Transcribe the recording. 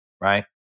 right